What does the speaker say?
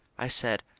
i said,